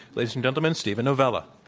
ladies and gentlemen, steven novella.